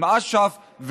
עם אש"ף,